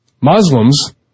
Muslims